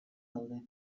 daude